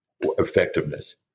effectiveness